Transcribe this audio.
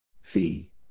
Fee